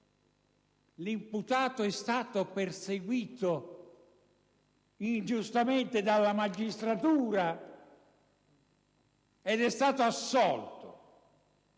l'imputato è stato perseguito ingiustamente dalla magistratura ed è stato assolto.